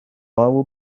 will